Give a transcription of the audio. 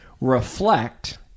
reflect